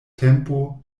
tempo